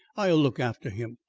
i'll look after him.